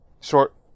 short